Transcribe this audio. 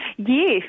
Yes